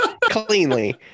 cleanly